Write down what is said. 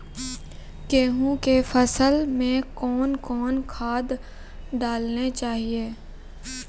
गेहूँ के फसल मे कौन कौन खाद डालने चाहिए?